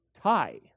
tie